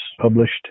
published